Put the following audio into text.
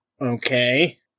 Okay